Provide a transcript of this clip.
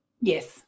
Yes